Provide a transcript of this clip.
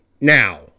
now